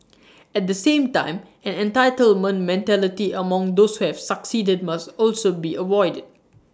at the same time an entitlement mentality among those who have succeeded must also be avoided